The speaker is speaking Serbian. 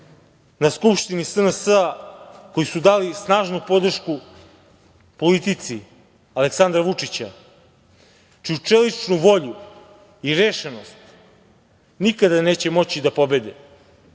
na skupštini SNS koji su dali snažnu podršku politici Aleksandra Vučića, tu čeličnu volju i rešenost nikada neće moći da pobede.